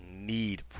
need